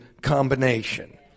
combination